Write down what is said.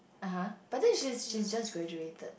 ah [huh] but then she she just graduated